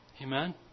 Amen